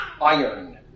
iron